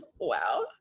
Wow